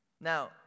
Now